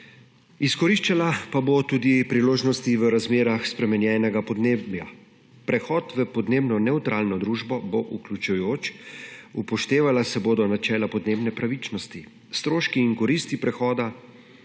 izkoriščala pa bo tudi priložnosti v razmerah spremenjenega podnebja. Prehod v podnebno nevtralno družbo bo vključujoč, upoštevala se bodo načela podnebne pravičnosti, stroški in koristi prehoda